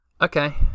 Okay